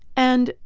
and,